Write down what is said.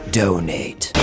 donate